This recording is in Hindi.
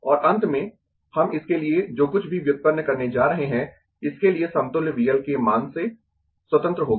और अंत में हम इसके लिए जो कुछ भी व्युत्पन्न करने जा रहे है इसके लिए समतुल्य V L के मान से स्वतंत्र होगा